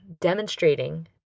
demonstrating